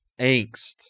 angst